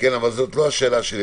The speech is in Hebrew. אבל זו לא השאלה שלי.